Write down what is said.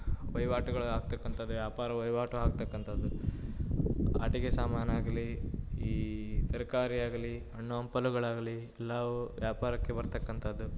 ವಹಿವಾಟುಗಳು ಆಗ್ತಕ್ಕಂಥದ್ದು ವ್ಯಾಪಾರ ವಹಿವಾಟು ಆಗ್ತಕ್ಕಂಥದ್ದು ಆಟಿಕೆ ಸಾಮಾನು ಆಗಲಿ ಈ ತರಕಾರಿಯಾಗಲಿ ಹಣ್ಣು ಹಂಪಲುಗಳಾಗಲಿ ಎಲ್ಲವು ವ್ಯಾಪಾರಕ್ಕೆ ಬರ್ತಕ್ಕಂಥದ್ದು